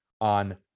on